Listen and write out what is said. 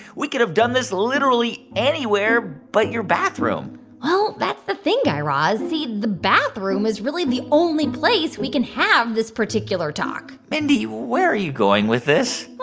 we could have done this literally anywhere but your bathroom well, that's the thing, guy raz. see, the bathroom is really the only place we can have this particular talk mindy, where are you going with this? well,